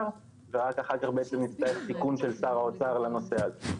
ורק אחר כך בעצם יתקיים סיכון של שר האוצר לנושא הזה.